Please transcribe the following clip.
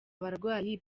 abarwayi